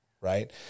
right